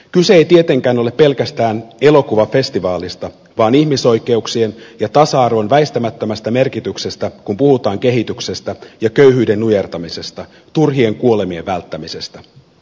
kyse ei tietenkään ole pelkästään elokuvafestivaalista vaan ihmisoikeuksien ja tasa arvon väistämättömästä merkityksestä kun puhutaan kehityksestä ja köyhyyden nujertamisesta turhien kuolemien välttämisestä